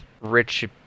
Rich